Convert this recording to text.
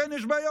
כן, יש בעיות.